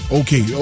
okay